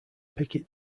picket